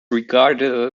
regarded